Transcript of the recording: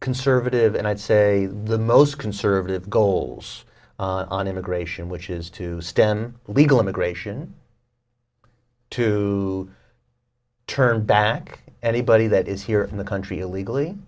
conservative and i'd say the most conservative goals on immigration which is to stem legal immigration to turn back anybody that is here in the country